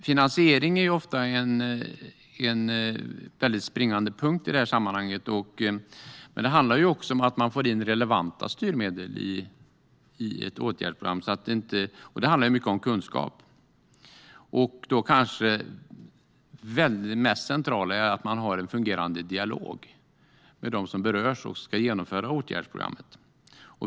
Finansiering är ofta en springande punkt i detta sammanhang, men det handlar också om att man får in relevanta styrmedel i ett åtgärdsprogram. Det handlar mycket om kunskap. Det kanske mest centrala är att man har en fungerande dialog med dem som berörs och ska genomföra åtgärdsprogrammet.